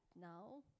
now